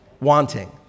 wanting